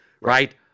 right